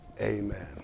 Amen